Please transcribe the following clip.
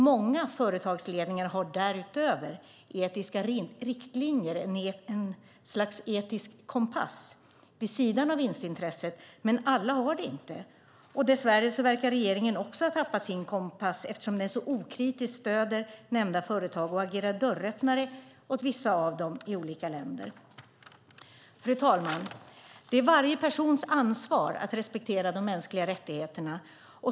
Många företagsledningar har därutöver etiska riktlinjer, ett slags etisk kompass, vid sidan av vinstintresset, men alla har det inte. Dess värre verkar regeringen också ha tappat sin kompass eftersom den så okritiskt stöder nämnda företag och agerar dörröppnare åt vissa av dem i olika länder. Fru talman! Det är varje persons ansvar att respektera de mänskliga rättigheterna.